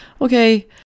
okay